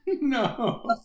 no